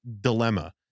dilemma